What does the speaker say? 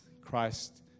Christ